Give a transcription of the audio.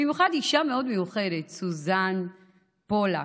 במיוחד אישה מאוד מיוחדת, סוזן פולק,